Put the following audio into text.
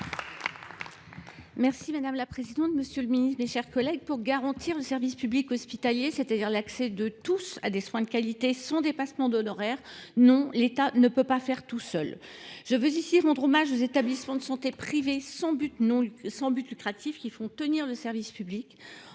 Marie Claire Carrère Gée. Monsieur le ministre, pour garantir le service public hospitalier, c’est à dire l’accès de tous à des soins de qualité, sans dépassements d’honoraires, l’État ne peut pas faire tout seul ! Je veux ici rendre hommage aux établissements de santé privés sans but lucratif, qui font tenir le service public,